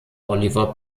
oliver